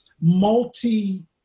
multi